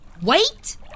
Wait